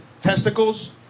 testicles